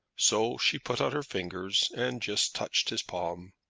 so she put out her fingers and just touched his palm.